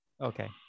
Okay